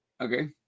Okay